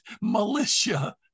militia